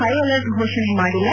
high alert ಫೋಷಣೆ ಮಾಡಿಲ್ಲ